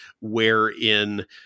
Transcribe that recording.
Wherein